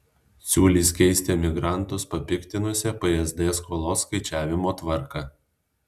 siūlys keisti emigrantus papiktinusią psd skolos skaičiavimo tvarką